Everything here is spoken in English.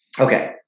Okay